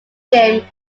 game